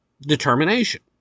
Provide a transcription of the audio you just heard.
determination